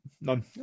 None